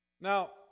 Now